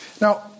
Now